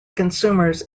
consumers